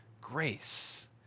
grace